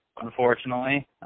unfortunately